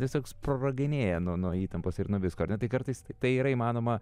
tiesiog sproginėja nuo nuo įtampos ir nuo visko tai kartais tai yra įmanoma